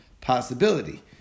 possibility